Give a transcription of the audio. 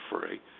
free